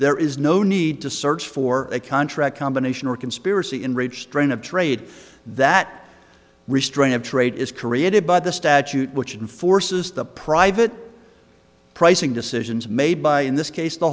there is no need to search for a contract combination or conspiracy in rich strain of trade that restraint of trade is created by the statute which and forces the private pricing decisions made by in this case the